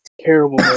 terrible